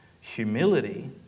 Humility